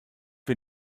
wir